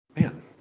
Man